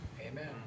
Amen